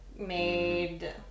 made